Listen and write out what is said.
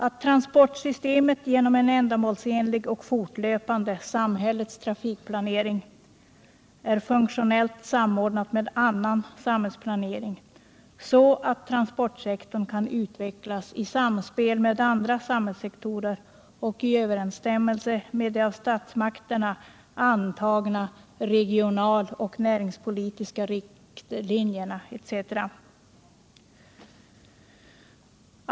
”att transportsystemet genom en ändamålsenlig och fortlöpande samhällets trafikplanering är funktionellt samordnat med annan samhällsplanering så att transportsektorn kan utvecklas i samspel med andra samhällssektorer och i överensstämmelse med de av statsmakterna antagna regionaloch näringspolitiska riktlinjerna etc.